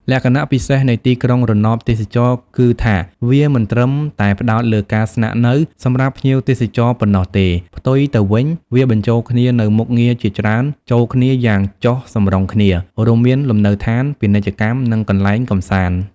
លក្ខណៈពិសេសនៃទីក្រុងរណបទេសចរណ៍គឺថា វា មិនត្រឹមតែផ្តោតលើការស្នាក់នៅ សម្រាប់ភ្ញៀវទេសចរប៉ុណ្ណោះទេ ផ្ទុយទៅវិញ វាបញ្ចូលគ្នានូវមុខងារជាច្រើនចូលគ្នាយ៉ាងចុះសម្រុងគ្នា រួមមាន លំនៅឋាន ពាណិជ្ជកម្ម និងកន្លែងកម្សាន្ត។